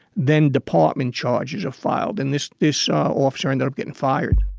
then department charges are filed in this dish offshore and getting fired